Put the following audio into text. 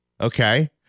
okay